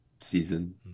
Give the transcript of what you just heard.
season